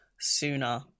sooner